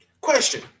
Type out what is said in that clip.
Question